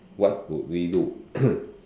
what would we do